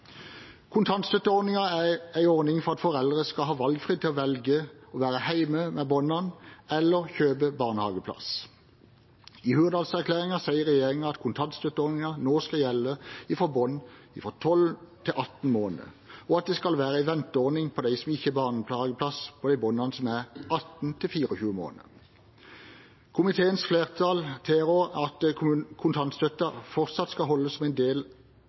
er en ordning for at foreldre skal ha valgfrihet til å velge å være hjemme med barna eller kjøpe barnehageplass. I Hurdalsplattformen sier regjeringen at kontantstøtteordningen skal gjelde for barn fra 12 til 18 måneder, og at det skal være en venteordning for dem som ikke har barnehageplass, for de barna som er fra 18 til 24 måneder. Komiteens flertall tilrår at kontantstøtten fortsatt skal beholdes som en del